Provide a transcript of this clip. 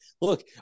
look